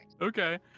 Okay